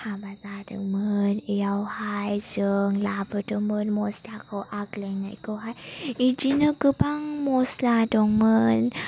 हाबा जादोंमोन बेयावहाय जों लाबोदोंमोन मस्लाखौ आग्लायनायखौहाय बिदिनो गोबां मस्ला दंमोन